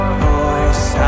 voice